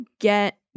get